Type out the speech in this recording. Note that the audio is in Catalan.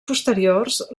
posteriors